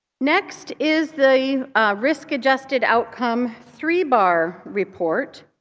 next is the risk-adjusted outcome three-bar report.